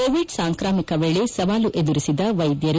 Covid ಸಾಂಕ್ರಾಮಿಕ ವೇಳೆ ಸವಾಲು ಎದುರಿಸಿದ ವೈದ್ಯರು